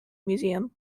museum